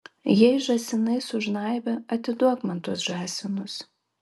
jei žąsinai sužnaibė atiduok man tuos žąsinus